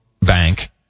bank